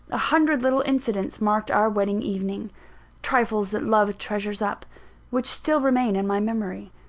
a hundred little incidents marked our wedding-evening trifles that love treasures up which still remain in my memory.